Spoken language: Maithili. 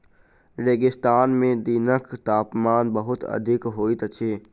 रेगिस्तान में दिनक तापमान बहुत अधिक होइत अछि